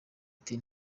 ati